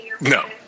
No